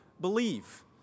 Believe